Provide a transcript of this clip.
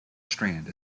strand